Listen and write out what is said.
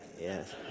Yes